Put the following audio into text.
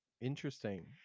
interesting